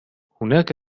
هناك